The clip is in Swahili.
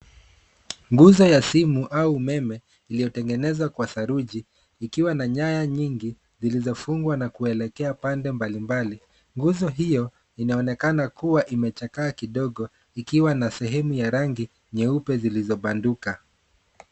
Nguzo ya simu au umeme iliyotengenezwa kwa saruji ikiwa na nyaya nyingi zilizofungwa na kuelekea pande mbali mbali. Nguzo hiyo inaonekana kuwa imechakaa kidogo ikiwa na sehemu ya rangi nyeupe zilizobanduka.